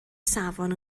safon